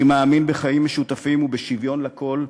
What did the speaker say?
אני מאמין בחיים משותפים ובשוויון לכול,